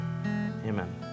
Amen